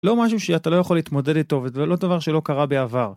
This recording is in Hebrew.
לא משהו שאתה לא יכול להתמודד איתו, וזה לא דבר שלא קרה בעבר.